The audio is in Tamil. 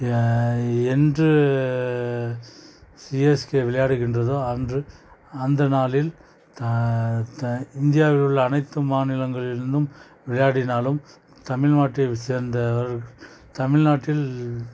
எ என்று சிஎஸ்கே விளையாடுகின்றதோ அன்று அந்த நாளில் தான் த இந்தியாவில் உள்ள அனைத்து மாநிலங்களில் இருந்தும் விளையாடினாலும் தமிழ்நாட்டில் சேர்ந்தவர் தமிழ்நாட்டில்